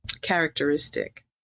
characteristic